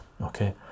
Okay